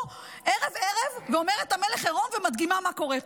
ערב ערב ואומרת "המלך עירום" ומדגימה מה קורה פה?